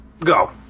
go